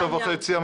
בתשע וחצי.